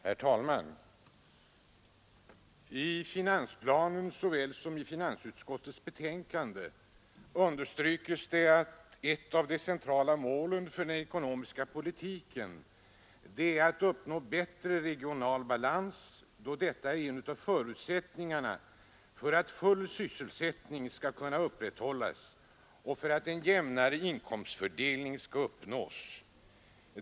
Herr talman! I finansplanen såväl som i finansutskottets betänkande understryks det att ett av de centrala målen för den ekonomiska politiken är att uppnå bättre regional balans, då detta är en av förutsättningarna för att full sysselsättning skall kunna upprätthållas och för att en jämnare inkomstfördelning skall uppnås.